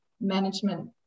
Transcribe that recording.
management